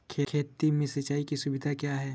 खेती में सिंचाई की सुविधा क्या है?